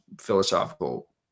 philosophical